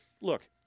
look